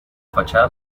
fachada